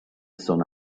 sun